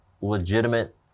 legitimate